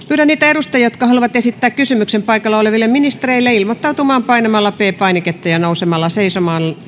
pyydän niitä edustajia jotka haluavat esittää kysymyksen paikalla oleville ministereille ilmoittautumaan painamalla p painiketta ja nousemalla seisomaan